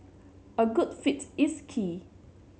a good fit is key